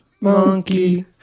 monkey